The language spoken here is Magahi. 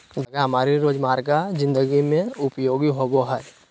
धागा हमारी रोजमर्रा जिंदगी में उपयोगी होबो हइ